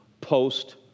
post